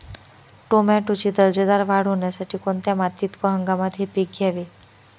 टोमॅटोची दर्जेदार वाढ होण्यासाठी कोणत्या मातीत व हंगामात हे पीक घ्यावे?